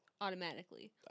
automatically